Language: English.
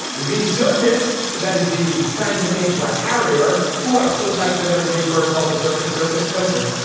the circus that is the scientific name for a harrier who are so psyched for there to be a bird called the circus circus. no sir.